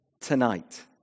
Tonight